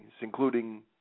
including